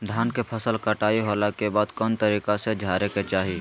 धान के फसल कटाई होला के बाद कौन तरीका से झारे के चाहि?